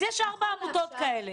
אז יש ארבע עמותות כאלה.